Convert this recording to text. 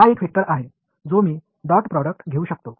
இதுதான் dot product எடுக்கவேண்டிய ஒரு வெக்டர்